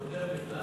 הוא כותב נפלא,